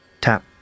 Tap